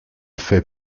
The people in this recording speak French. fait